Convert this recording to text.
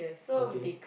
okay